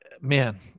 man